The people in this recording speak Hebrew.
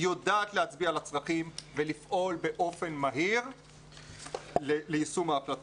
היא יודעת להצביע על הצרכים ולפעול באופן מהיר ליישום ההחלטות.